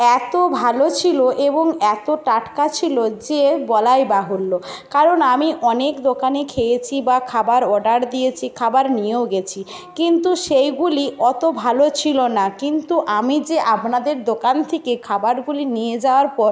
এত ভালো ছিলো এবং এত টাটকা ছিলো যে বলাই বাহুল্য কারণ আমি অনেক দোকানে খেয়েছি বা খাবার অর্ডার দিয়েছি খাবার নিয়েও গেছি কিন্তু সেইগুলি অতো ভালো ছিলো না কিন্তু আমি যে আপনাদের দোকান থেকে খাবারগুলি নিয়ে যাওয়ার পর